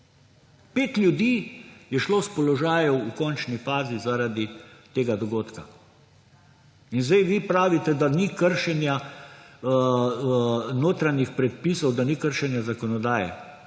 Pet ljudi je šlo s položajev v končni fazi zaradi tega dogodka. In zdaj vi pravite, da ni kršenja notranjih predpisov, da ni kršenja zakonodaje!